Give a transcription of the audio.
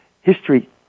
history